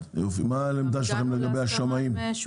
מה העמדה שלכם לגבי השמאים?